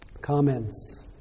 comments